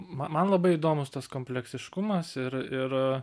m man labai įdomus tas kompleksiškumas ir ir